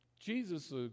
Jesus